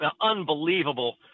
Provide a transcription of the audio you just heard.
unbelievable